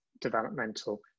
developmental